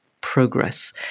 progress